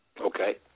Okay